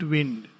Wind